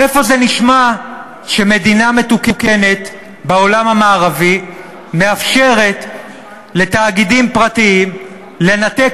איפה נשמע שמדינה מתוקנת בעולם המערבי מאפשרת לתאגידים פרטיים לנתק